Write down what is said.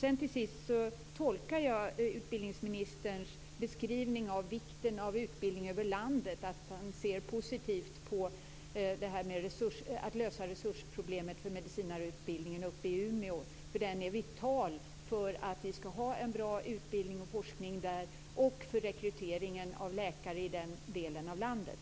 Till sist tolkar jag utbildningsministerns beskrivning av vikten av utbildning över landet som att han ser positivt på att lösa resursproblemet för medicinarutbildningen uppe i Umeå. Den är vital för att vi skall ha en bra utbildning och forskning där och för rekryteringen av läkare i den delen av landet.